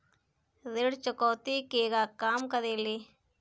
ऋण चुकौती केगा काम करेले?